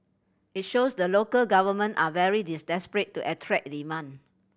it shows that local government are very desperate to attract demand